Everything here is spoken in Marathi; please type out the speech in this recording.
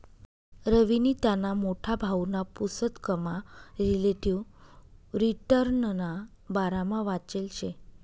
रवीनी त्याना मोठा भाऊना पुसतकमा रिलेटिव्ह रिटर्नना बारामा वाचेल शे